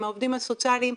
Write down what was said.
העובדים הסוציאליים,